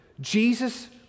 Jesus